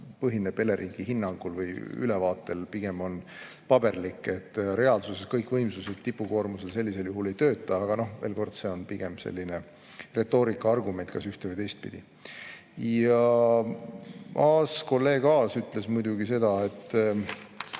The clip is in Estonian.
põhineb Eleringi hinnangul või ülevaatel. Pigem on see paberlik, reaalsuses kõik võimsused tipukoormusel sellisel juhul ei tööta. Aga veel kord, see on pigem selline retoorika argument kas ühte‑ või teistpidi. Kolleeg Aas ütles muidugi seda, et